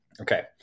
Okay